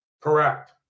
Correct